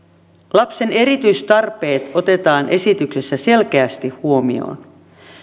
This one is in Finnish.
lapsen erityistarpeet otetaan esityksessä selkeästi huomioon